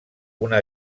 una